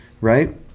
right